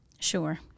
sure